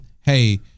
hey